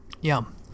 Yum